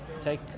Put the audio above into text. take